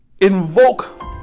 invoke